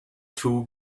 two